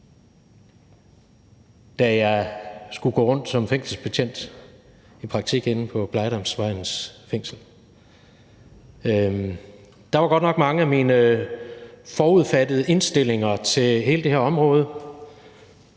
da jeg skulle gå rundt som fængselsbetjent i praktik inde på Blegdamsvejens Fængsel. Det flyttede godt nok mange af mine forudfattede indstillinger til det her område